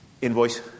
invoice